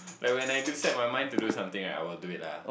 like when I do set my mind to do something right I will do it lah